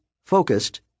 focused